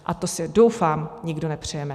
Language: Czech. A to si, doufám, nikdo nepřejeme.